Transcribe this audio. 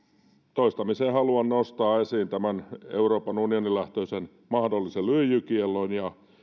toistamiseen haluan nostaa esiin tämän euroopan unioni lähtöisen mahdollisen lyijykiellon